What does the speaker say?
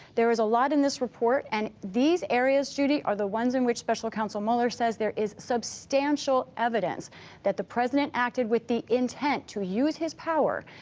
there is a lot in this report. and these areas, judy, are the ones in which special counsel mueller says there is substantial evidence that the president acted with the intent to use his power.